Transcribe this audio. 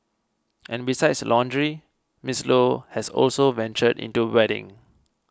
and besides lingerie Miss Low has also ventured into wedding